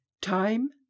Time